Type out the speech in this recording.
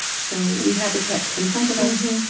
so we have the texts in front of us.